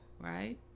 right